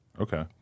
Okay